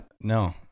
No